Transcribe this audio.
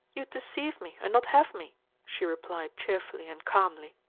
you'd deceive me and not have me she replied cheerfully and calmly.